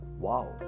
Wow